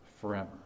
forever